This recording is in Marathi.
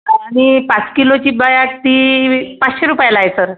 आणि पाच किलोची बॅग ती पाचशे रुपयाला आहे सर